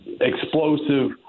explosive